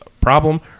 problem